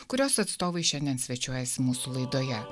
kurios atstovai šiandien svečiuojasi mūsų laidoje